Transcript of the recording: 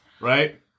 right